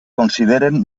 consideren